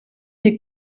des